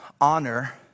honor